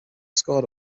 scored